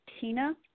Tina